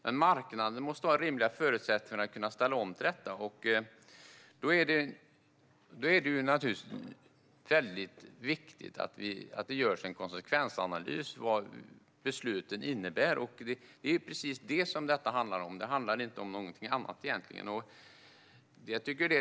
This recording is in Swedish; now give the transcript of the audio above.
Men marknaden måste ha rimliga förutsättningar att kunna ställa om till detta. Då är det naturligtvis viktigt att det görs en konsekvensanalys av vad besluten innebär. Det är precis det som detta handlar om. Det handlar egentligen inte om någonting annat.